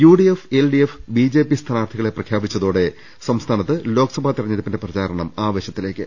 UDF LDF BJP സ്ഥാനാർത്ഥികളെ പ്രഖ്യാ പിച്ചതോടെ സംസ്ഥാനത്ത് ലോക്സഭാ തെരഞ്ഞെടുപ്പിന്റെ പ്രചാരണം ആവേശത്തിലേക്ക്